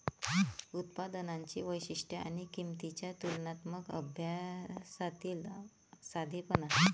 उत्पादनांची वैशिष्ट्ये आणि किंमतींच्या तुलनात्मक अभ्यासातील साधेपणा